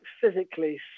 physically